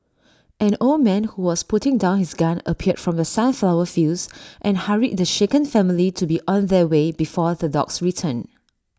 an old man who was putting down his gun appeared from the sunflower fields and hurried the shaken family to be on their way before the dogs return